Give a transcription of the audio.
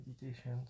meditation